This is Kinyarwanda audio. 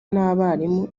n’abarimu